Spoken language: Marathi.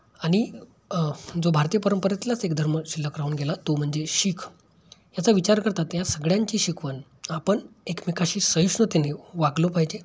आणि जो भारतीय परंपरेतलाच एक धर्म शिल्लक राहून गेला तो म्हणजे शीख याचा विचार करता त्या सगळ्यांची शिकवण आपण एकमेकाशी सहिष्णूतेने वागलो पाहिजे